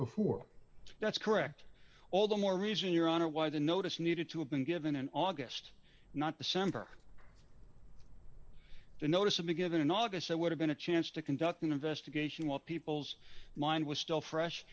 before that's correct all the more reason your honor why the notice needed to have been given and august not december unnoticeably given in august it would have been a chance to conduct an investigation while people's mind was still fresh